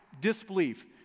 disbelief